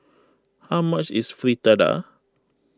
how much is Fritada